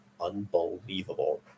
unbelievable